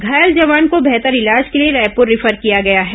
घायल जवान को बेहतर इलाज के लिए रायपुर रिफर किया गया है